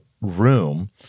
room